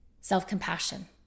self-compassion